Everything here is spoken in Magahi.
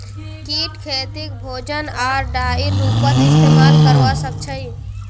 कीट खेतीक भोजन आर डाईर रूपत इस्तेमाल करवा सक्छई